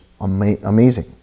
amazing